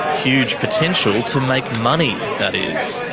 huge potential to make money, that is.